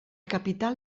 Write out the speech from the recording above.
capital